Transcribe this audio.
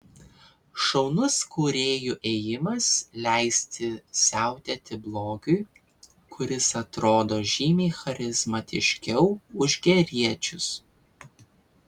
šaunus kūrėjų ėjimas leisti siautėti blogiui kuris atrodo žymiai charizmatiškiau už geriečius